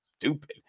stupid